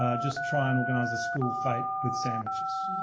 ah just try and organize a school fair with sandwiches.